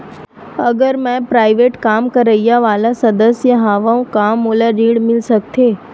अगर मैं प्राइवेट काम करइया वाला सदस्य हावव का मोला ऋण मिल सकथे?